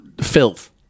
filth